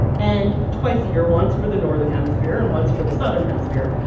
and twice a year, once for the northern hemisphere and once for the southern hemisphere,